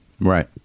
Right